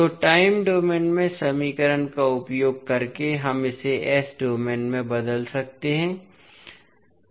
तो time domain में समीकरण का उपयोग करके हम इसे s डोमेन में बदल देंगे